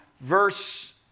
verse